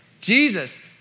Jesus